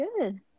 good